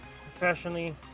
professionally